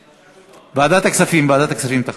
כן, ועדת הכספים, ועדת הכספים תחליט.